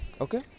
okay